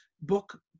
book